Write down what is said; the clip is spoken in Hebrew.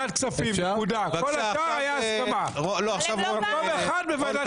אבל העובדה שהאופוזיציה לא הסכימה להצעה המבזה שהוצעה על ידי